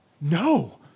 no